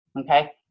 okay